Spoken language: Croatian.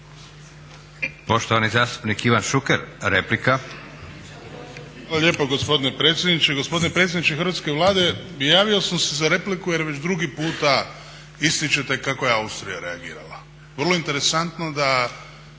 Poštovani zastupnik Branko Hrg, replika.